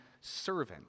servant